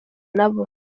nabo